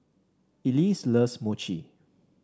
Elise loves Mochi